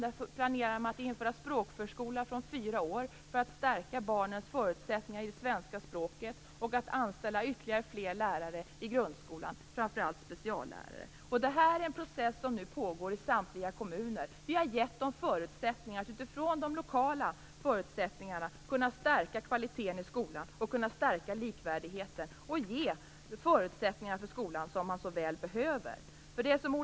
Där planerar man att införa språkförskola från fyra år för att stärka barnens förutsättningar i det svenska språket och att anställa ytterligare fler lärare i grundskolan, framför allt speciallärare. Detta är en process som nu pågår i samtliga kommuner. Vi har gett dem förutsättningar att utifrån de lokala förutsättningarna kunna stärka kvaliteten och likvärdigheten i skolan och ge de förutsättningar som skolan så väl behöver.